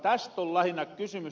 täst on lähinnä kysymys